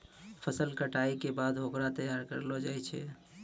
फसल कटाई के बाद होकरा तैयार करलो जाय छै